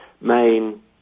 main